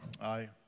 Aye